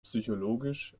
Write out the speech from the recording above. psychologisch